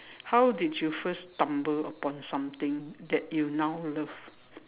how did you first stumble upon something that you now love